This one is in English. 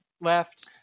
left